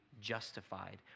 justified